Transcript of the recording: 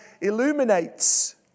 illuminates